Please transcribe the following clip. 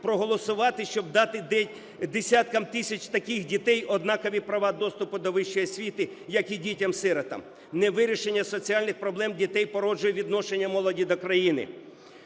проголосувати, щоб дати десяткам тисяч таких дітей однакові права доступу до вищої освіти, як і дітям-сиротам? Невирішення соціальних проблем дітей породжує відношення молоді до країни